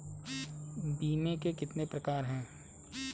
बीमे के कितने प्रकार हैं?